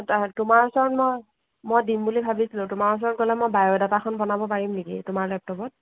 তোমাৰ ওচৰত মই মই দিম বুলি ভাবিছিলোঁ তোমাৰ ওচৰত গ'লে মই বায়'ডাটাখন বনাব পাৰিম নেকি তোমাৰ লেপটপত